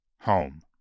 Home